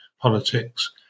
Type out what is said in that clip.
politics